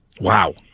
wow